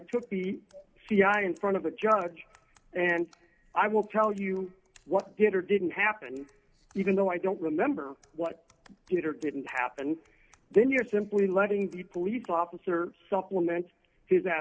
took the c i in front of the judge and i will tell you what did or didn't happen even though i don't remember what i did or didn't happen then you're simply letting the police officer supplement his